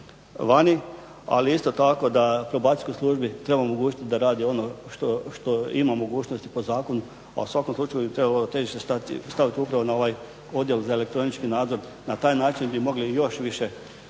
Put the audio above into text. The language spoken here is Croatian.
vani. Ali isto tako da Probacijskoj službi treba omogućiti da radi ono što ima mogućnosti po zakonu, a u svakom slučaju bi trebalo težite staviti upravo na ovaj Odjel za elektronički nadzor. Na taj način bi mogli još više